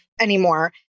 anymore